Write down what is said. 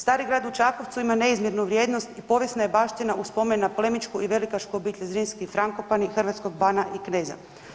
Stari grad u Čakovcu ima neizmjernu vrijednost i povijesna je baština u spomen na plemićku i velikašku obitelj Zrinski i Frankopani hrvatskog bana i kneza.